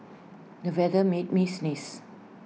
the weather made me sneeze